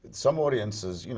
some audiences, you know